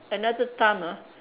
another time ah